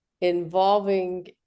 involving